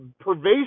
pervasive